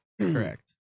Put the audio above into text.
Correct